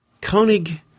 Koenig